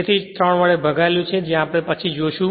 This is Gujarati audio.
તેથી જ 3 વડે ભાગાયેલુ છે જે આપણે પછી જોશું